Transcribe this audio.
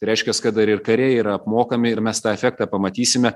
reiškias kad dar ir kariai yra apmokami ir mes tą efektą pamatysime